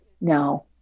no